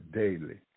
daily